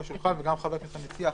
וגם חבר הכנסת המציע,